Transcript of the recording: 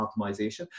optimization